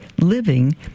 living